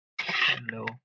Hello